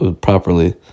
properly